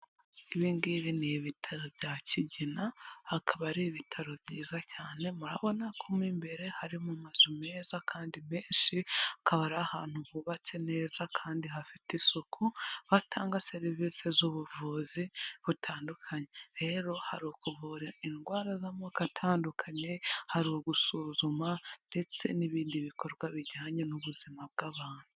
Ibi ngibi ni ibitaro bya Kigina, hakaba ari ibitaro byiza cyane, murabona ko mu imbere harimo amazu meza kandi menshi, akaba ari ahantu hubatse neza kandi hafite isuku. Batanga serivisi z'ubuvuzi butandukanye rero hari ukuvura indwara z'amoko atandukanye, hari ugusuzuma ndetse n'ibindi bikorwa bijyanye n'ubuzima bw'abantu.